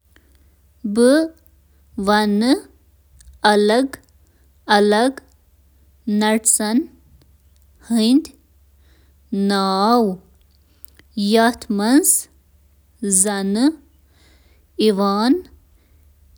گری دار میوے چھِ واریاہ قٕسٕم، یِمَن منٛز